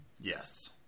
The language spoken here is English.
Yes